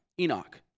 Enoch